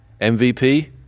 MVP